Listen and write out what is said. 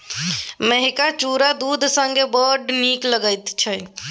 मेहका चुरा दूध संगे बड़ नीक लगैत छै